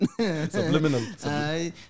Subliminal